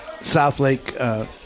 Southlake –